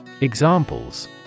Examples